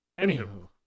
Anywho